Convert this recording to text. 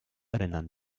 rendern